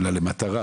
לה למטרה,